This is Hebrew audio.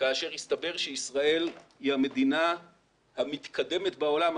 כאשר הסתבר שישראל היא המדינה המתקדמת בעולם,